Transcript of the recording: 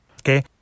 okay